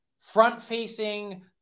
front-facing